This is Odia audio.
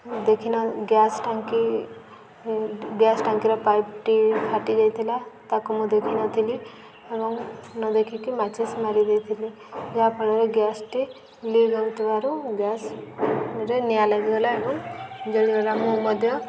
ଦେଖିନା ଗ୍ୟାସ୍ ଟାଙ୍କି ଗ୍ୟାସ୍ ଟାଙ୍କିର ପାଇପ୍ଟି ଫାଟି ଯାଇଥିଲା ତାକୁ ମୁଁ ଦେଖିନଥିଲି ଏବଂ ନ ଦେଖିକି ମାଚିସ୍ ମାରିଦେଇଥିଲି ଯାହାଫଳରେ ଗ୍ୟାସ୍ଟି ଲିକ୍ ହେଉଥିବାରୁ ଗ୍ୟାସ୍ରେ ନିଆଁ ଲାଗିଗଲା ଏବଂ ଜଳିଗଲା ମୁଁ ମଧ୍ୟ